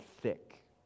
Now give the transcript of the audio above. thick